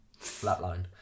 Flatline